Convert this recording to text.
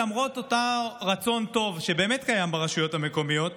למרות אותו רצון טוב שבאמת קיים ברשויות המקומיות,